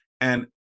And-